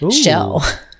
shell